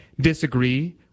disagree